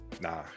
nah